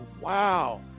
wow